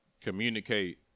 communicate